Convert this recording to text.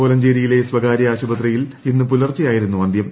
കോലഞ്ചേരിയിലെ സ്വകാര്യ ആശുപത്രിയിൽ ഇന്ന് പുലർച്ചെയായിരുന്നു അന്ത്യം